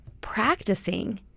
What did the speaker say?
practicing